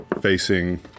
facing